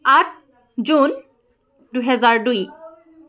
আঠ জুন দুহেজাৰ দুই